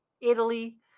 Italy